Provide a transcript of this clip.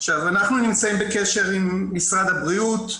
אנחנו נמצאים בקשר עם משרד הבריאות,